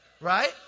Right